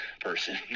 person